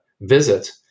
visit